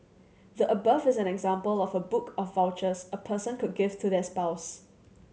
the above is an example of a book of vouchers a person could give to their spouse